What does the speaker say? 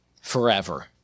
forever